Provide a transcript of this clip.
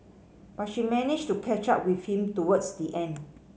but she managed to catch up with him towards the end